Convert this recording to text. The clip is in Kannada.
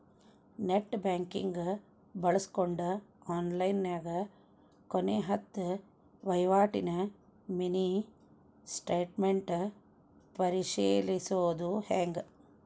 ನೆಟ್ ಬ್ಯಾಂಕಿಂಗ್ ಬಳ್ಸ್ಕೊಂಡ್ ಆನ್ಲೈನ್ಯಾಗ ಕೊನೆ ಹತ್ತ ವಹಿವಾಟಿನ ಮಿನಿ ಸ್ಟೇಟ್ಮೆಂಟ್ ಪರಿಶೇಲಿಸೊದ್ ಹೆಂಗ